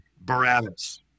Barabbas